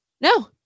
No